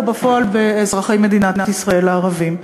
ובפועל באזרחי מדינת ישראל הערבים.